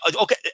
okay